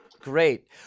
Great